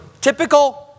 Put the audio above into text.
typical